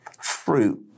fruit